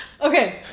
Okay